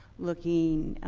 looking